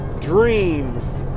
dreams